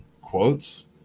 quotes